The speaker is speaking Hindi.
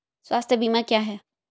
स्वास्थ्य बीमा क्या है?